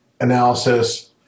analysis